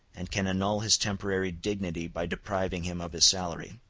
and can annul his temporary dignity by depriving him of his salary.